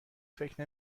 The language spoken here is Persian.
فکر